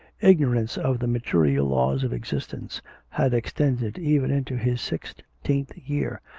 ignorance of the material laws of existence had extended even into his sixteenth year,